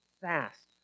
fast